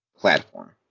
platform